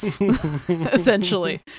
essentially